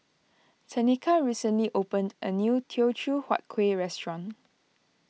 Tenika recently opened a new Teochew Huat Kuih restaurant